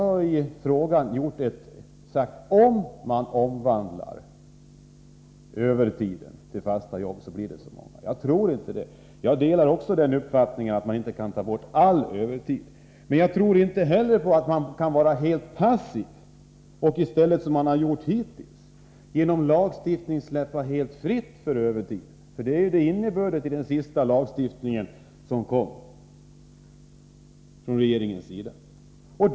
I min fråga har jag sagt att om övertiden omvandlas i fasta jobb, resulterar det i ett visst antal nya arbetstillfällen. Även jag är av den uppfattningen att det inte är möjligt att få bort all övertid. Men för den skull får man inte vara helt passiv. Hittills har det varit så, att det på grund av lagstiftningen rått full frihet när det gäller övertidsuttaget. Det är innebörden i den senaste lagen härvidlag.